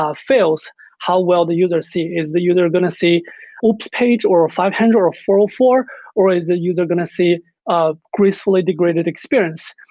ah how well the user see. is the user going to see oops page, or five hundred, or ah four or four or is the user going to see a gracefully degraded experience?